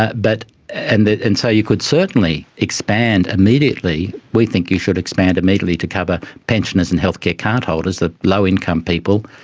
ah but and and so you could certainly expand immediately, we think you should expand immediately to cover pensioners and healthcare card holders, the low income people,